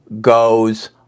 goes